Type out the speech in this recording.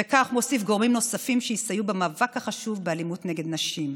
וכך מוסיפים גורמים נוספים שיסייעו במאבק החשוב באלימות נגד נשים.